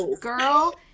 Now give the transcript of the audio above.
Girl